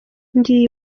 ngiye